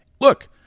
Look